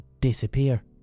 disappear